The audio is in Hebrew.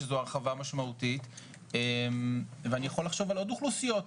שזו הרחבה משמעותית ואני יכול לחשוב על עוד אוכלוסיות,